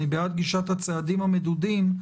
אני בעד גישת הצעדים המדודים,